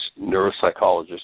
neuropsychologist